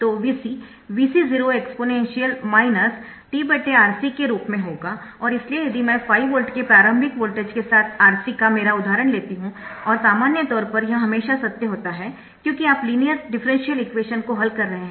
तो Vc Vc0 exponential minus tRC के रूप में होगा और इसलिए यदि मैं 5 वोल्ट के प्रारंभिक वोल्टेज के साथ RC का मेरा उदाहरण लेती हूँ और सामान्य तौर पर यह हमेशा सत्य होता है क्योंकि आप लीनियर डिफरेंशियल इक्वेशन को हल कर रहे है